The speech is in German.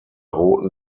roten